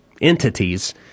entities